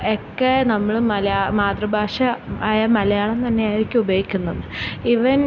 ഒക്കെ നമ്മൾ മലയാ മാതൃഭാഷ ആയ മലയാളം തന്നെ ആയിരിക്കും ഉപയോഗിക്കുന്നത് ഈവൻ